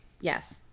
Yes